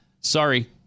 sorry